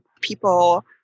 people